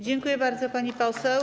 Dziękuję bardzo, pani poseł.